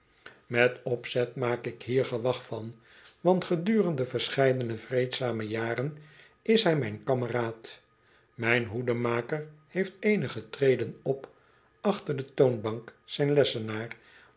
met opzet maak ik hier gewag van want gedurende verscheidene vreedzame jaren is hij mijn kameraad mijn hoedenmaker heeft eenige treden op achter de toonbank zijn lessenaar